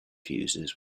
fuses